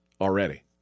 already